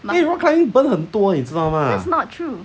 eh rock climbing burn 很多你知道吗